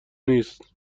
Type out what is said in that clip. نیست